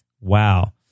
Wow